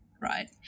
Right